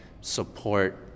support